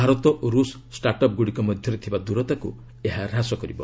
ଭାରତ ଓ ରୁଷ ଷ୍ଟାର୍ଟ୍ଅପ୍ଗୁଡ଼ିକ ମଧ୍ୟରେ ଥିବା ଦୂରତାକୁ ଏହା ହ୍ରାସ କରିବ